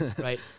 right